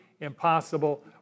impossible